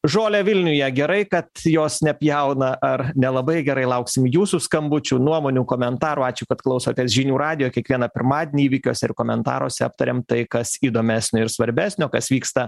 žolę vilniuje gerai kad jos nepjauna ar nelabai gerai lauksim jūsų skambučių nuomonių komentarų ačiū kad klausotės žinių radijo kiekvieną pirmadienį įvykiuos ir komentaruose aptariam tai kas įdomesnio ir svarbesnio kas vyksta